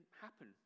happen